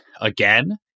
again